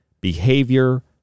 behavior